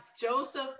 joseph